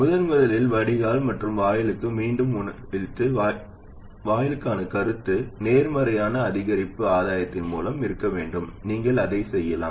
முதன்முதலில் வடிகால் மற்றும் வாயிலுக்கு மீண்டும் உணவளித்தது வாயிலுக்கான கருத்து நேர்மறையான அதிகரிப்பு ஆதாயத்தின் மூலம் இருக்க வேண்டும் நீங்கள் அதைச் செய்யலாம்